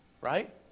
Right